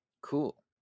Cool